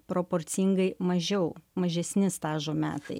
proporcingai mažiau mažesni stažo metai